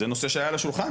זה נושא שהיה על השולחן.